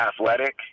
athletic